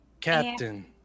Captain